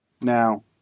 Now